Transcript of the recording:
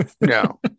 No